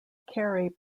kerry